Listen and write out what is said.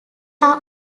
are